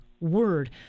word